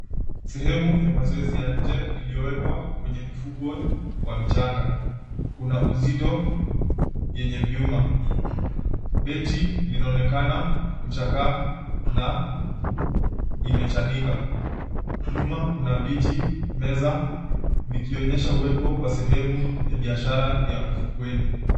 Sehemu ya mazoezi ya nje iliyowekwa kwenye ufukwe wa mchanga, kuna uzito yenye vyuma benchi linaonekana kuchakaa na imechanika nyuma kuna viti, meza vikionyesha uwepo wa sehemu ya biashara ya ufukweni.